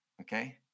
Okay